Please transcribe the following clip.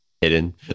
hidden